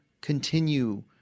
continue